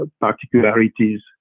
particularities